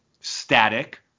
static